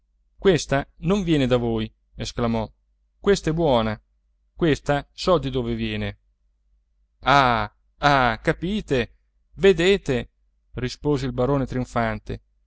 questa non viene da voi esclamò questa è buona questa so di dove viene ah ah capite vedete rispose il barone trionfante